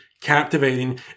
captivating